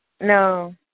No